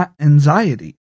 anxiety